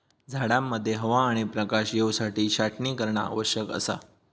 झाडांमध्ये हवा आणि प्रकाश येवसाठी छाटणी करणा आवश्यक असा